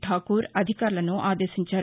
ఠాకూర్ అధికారులను ఆదేశించారు